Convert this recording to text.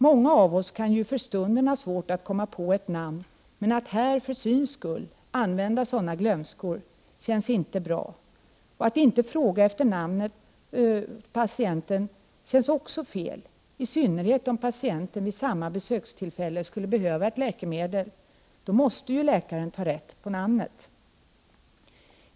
Många av oss kan ju för stunden ha svårt att komma på ett namn, men att här för syns skull använda sådana glömskor känns inte bra. Och att inte fråga efter patientens namn känns också fel, i synnerhet om patienten vid samma besökstillfälle skulle behöva ett läkemedel — då måste ju läkaren ta rätt på namnet.